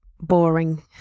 boring